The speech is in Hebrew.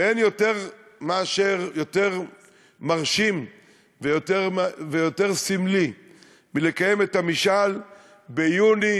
אין יותר מרשים ויותר סמלי מלקיים את המשאל ביוני